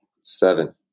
Seven